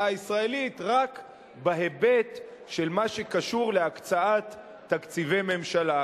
הישראלית רק בהיבט של מה שקשור להקצאת תקציבי ממשלה.